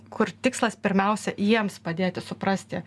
kur tikslas pirmiausia jiems padėti suprasti